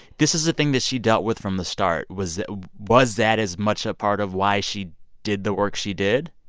this is the thing that she dealt with from the start. was was that as much a part of why she did the work she did?